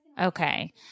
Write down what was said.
Okay